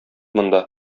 монда